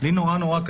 לי מאוד קשה.